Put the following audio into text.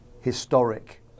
historic